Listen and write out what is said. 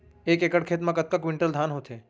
एक एकड़ खेत मा कतका क्विंटल धान होथे?